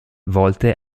volte